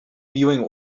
viewing